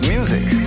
Music